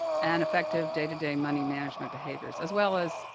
and effective day-to-day money management behaviors, as well as, ah,